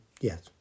yes